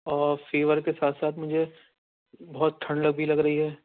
اور فیور کے ساتھ ساتھ مجھے بہت ٹھنڈ لگ بھی لگ رہی ہے